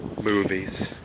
Movies